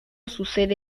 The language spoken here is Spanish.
sucede